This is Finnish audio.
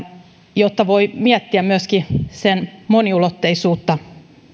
jotta voi miettiä myöskin sen moniulotteisuutta